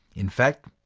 in fact,